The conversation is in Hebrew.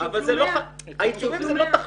אבל העיצומים זה לא תחליף.